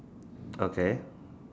okay